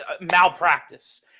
malpractice